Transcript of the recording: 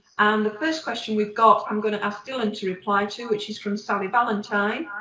the first question we've got, i'm gonna ask dylan to reply to which is from sally valentine.